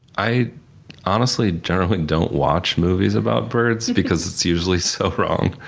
i honestly generally don't watch movies about birds because it's usually so wrong.